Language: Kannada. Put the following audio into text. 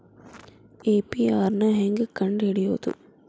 ಎ.ಪಿ.ಆರ್ ನ ಹೆಂಗ್ ಕಂಡ್ ಹಿಡಿಯೋದು?